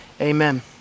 amen